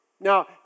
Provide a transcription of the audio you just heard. Now